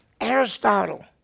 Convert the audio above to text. Aristotle